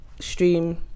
stream